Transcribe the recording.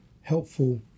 helpful